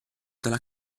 della